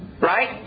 Right